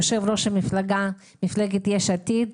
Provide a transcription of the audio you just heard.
יושב-ראש מפלגת יש עתיד,